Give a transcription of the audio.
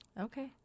okay